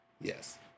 Yes